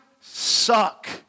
suck